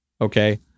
Okay